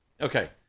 Okay